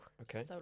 Okay